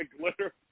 glitter